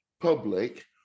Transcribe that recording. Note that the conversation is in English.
public